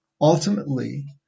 ultimately